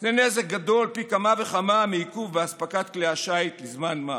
זה נזק גדול פי כמה וכמה מעיכוב באספקת כלי השיט לזמן מה.